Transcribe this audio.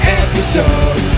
episode